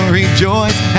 rejoice